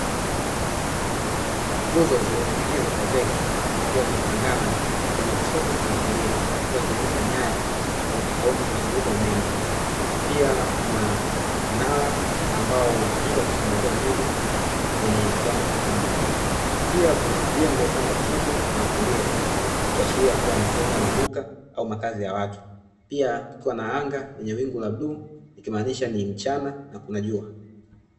Nguzo zilizotengenezwa kwa zege, zikiwa zimepangana mkono wa kushoto na kulia zikiwa zimebeba nyaya tofauti tofauti zilizobeba umeme . Pia Kuna mnara ambao unaotumika kusambazia umeme wenye kiwango kikubwa . Pia kuna majengo na kulia ikiashiria kuwa ni sehemu ya maduka au makazi ya watu, pia kuna anga lenye wingu bluu ikimaanisha Kuna jua .